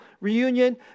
reunion